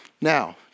Now